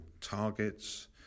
targets